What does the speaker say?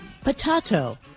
Potato